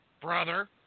Brother